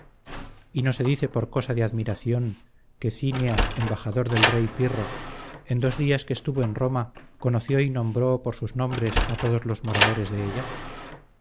y no se dice por cosa de admiración que cinea embajador del rey pirro en dos días que estuvo en roma conoció y nombró por sus nombres a todos los moradores della